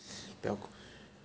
不要